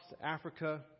Africa